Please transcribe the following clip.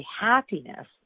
happiness